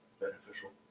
beneficial